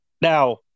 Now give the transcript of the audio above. Now